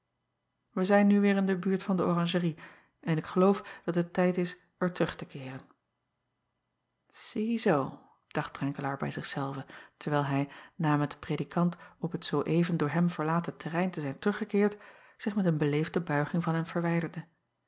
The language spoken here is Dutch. ij zijn nu weêr in de buurt van de oranjerie en ik geloof dat het tijd is er terug te keeren iezoo dacht renkelaer bij zich zelven terwijl hij na met den predikant op het zoo even door hem verlaten terrein te zijn teruggekeerd zich met een beleefde buiging van hem verwijderde